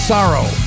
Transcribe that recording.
Sorrow